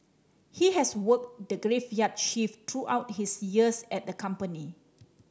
he has worked the graveyard shift throughout his years at the company